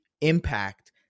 impact